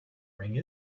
ring